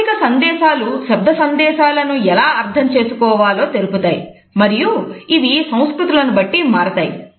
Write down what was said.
అశాబ్దిక సందేశాలు శబ్ద సందేశాలను ఎలా అర్థం చేసుకోవాలో తెలుపుతాయి మరియు ఇవి సంస్కృతులను బట్టి మారతాయి